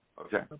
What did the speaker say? okay